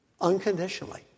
Unconditionally